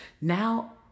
Now